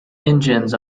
engines